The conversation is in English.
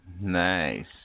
Nice